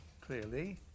clearly